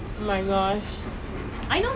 dey it's not me lah I just cannot wake up early